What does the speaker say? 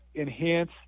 enhance